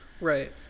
right